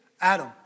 Adam